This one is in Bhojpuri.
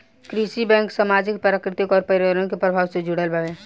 कृषि बैंक सामाजिक, प्राकृतिक अउर पर्यावरण के प्रभाव से जुड़ल बावे